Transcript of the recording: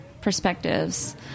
perspectives